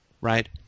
right